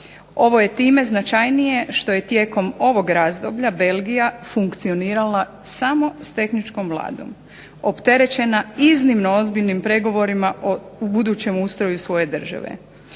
Ovo je time značajnije što je tijekom ovog razdoblja Belgija funkcionirala samo s tehničkom Vladom, opterećena iznimno ozbiljnim pregovorima o budućem ustroju svoje države.